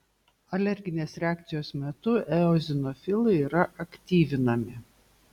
alerginės reakcijos metu eozinofilai yra aktyvinami